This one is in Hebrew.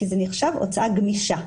כי זה נחשב הוצאה גמישה,